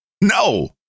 No